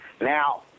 Now